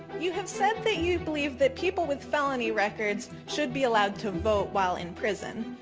you have said that you believe that people with felony records should be allowed to vote while in prison.